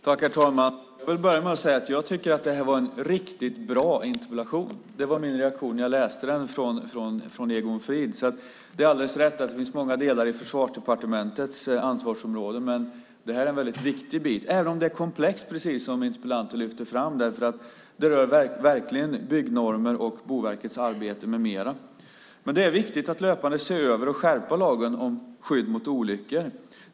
Herr talman! Jag vill börja med att säga att jag tycker att detta var en riktigt bra interpellation. Det var min reaktion när jag läste den. Det är alldeles riktigt att det finns många delar i Försvarsdepartementets ansvarsområde, men detta är en väldigt viktig del. Detta är komplext, precis som interpellanten lyfte fram, därför att det verkligen rör byggnormer och Boverkets arbete med mera. Men det är viktigt att löpande se över och skärpa lagen om skydd mot olyckor.